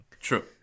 True